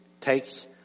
takes